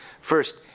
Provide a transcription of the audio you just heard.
first